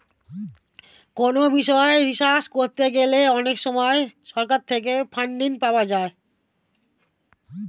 কোনো বিষয়ে রিসার্চ করতে গেলে অনেক সময় সরকার থেকে ফান্ডিং পাওয়া যায়